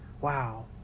wow